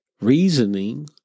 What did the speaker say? reasoning